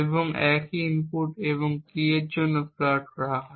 এবং একই ইনপুট এবং কী জন্য একসাথে প্লট করা হয়